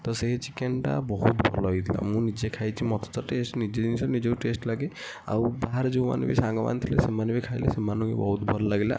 ତ ସେଇ ଚିକେନ୍ଟା ବହୁତ ଭଲ ହୋଇଥିଲା ମୁଁ ନିଜେ ଖାଇଛି ମୋତେ ତ ଟେଷ୍ଟ୍ ନିଜ ଜିନିଷ ନିଜକୁ ଟେଷ୍ଟ୍ ଲାଗେ ଆଉ ବାହାରେ ଯେଉଁମାନେ ବି ସାଙ୍ଗମାନେ ଥିଲେ ସେମାନେ ବି ଖାଇଲେ ସେମାନଙ୍କୁ ବି ବହୁତ ଭଲ ଲାଗିଲା